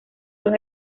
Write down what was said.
los